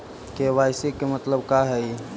KYC के मतलब का हई?